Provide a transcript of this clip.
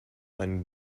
einen